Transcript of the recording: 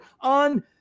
On